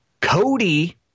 Cody